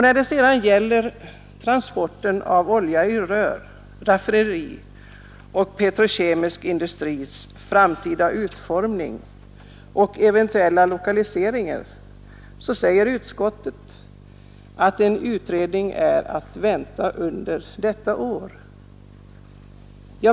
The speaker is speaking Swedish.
När det sedan gäller frågorna om transport av olja i rör, ett raffinaderi samt den petrokemiska industrins framtida utformning och lokaliseringar säger utskottet att en utredning är att vänta under detta år.